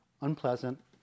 unpleasant